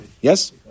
Yes